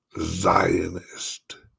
Zionist